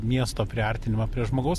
miesto priartinimą prie žmogaus